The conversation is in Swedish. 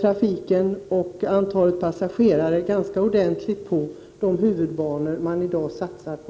trafiken och då minskas antalet passagerare ganska ordentligt på de huvudbanor som man i dag satsar på.